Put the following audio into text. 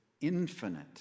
infinite